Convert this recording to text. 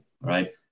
right